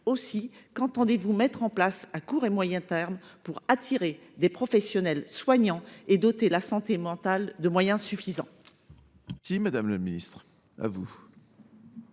entend il mettre en place à court et moyen termes pour attirer des personnels soignants et doter la santé mentale de moyens suffisants ?